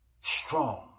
strong